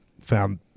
found